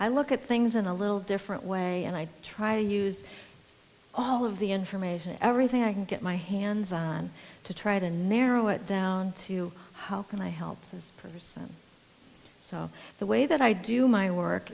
i look at things in a little different way and i'd try to use all of the information everything i can get my hands on to try to narrow it down to how can i help this person so the way that i do my work